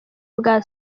bwa